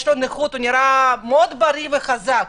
הוא נראה מאוד בריא וחזק,